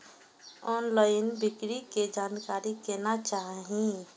Online बिक्री के जानकारी केना चाही?